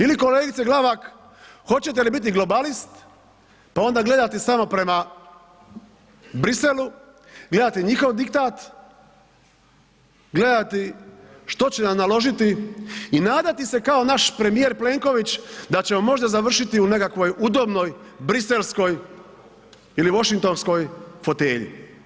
Ili kolegice Glavak hoćete li biti globalist pa onda gledati samo prema Bruxellesu, gledati njihov diktat, gledati što će nam naložiti i nadati se kao naš premijer Plenković da ćemo možda završiti u nekakvoj udobnoj briselskoj ili vošingtonskoj fotelji.